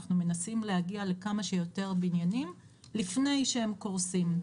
אנחנו מנסים להגיע לכמה שיותר בניינים לפני שהם קורסים.